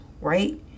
right